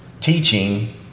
Teaching